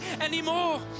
anymore